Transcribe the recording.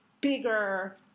bigger